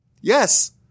Yes